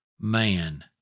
man